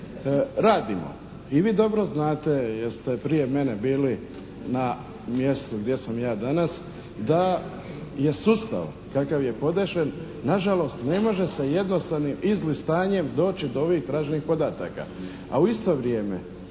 Radimo, i vi dobro znate jer ste prije mene bili na mjestu gdje sam ja danas da je sustav kakav je podešen na žalost ne može se jednostavnim izlistanjem doći do ovih traženih podataka,